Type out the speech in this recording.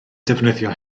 defnyddio